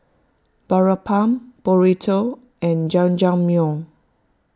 Boribap Burrito and Jajangmyeon